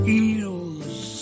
eels